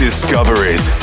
Discoveries